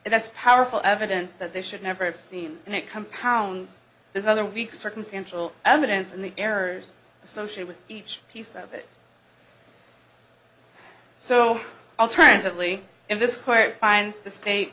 and that's powerful evidence that they should never have seen and it compounds this other weak circumstantial evidence and the errors associate with each piece of it so alternatively in this court finds the state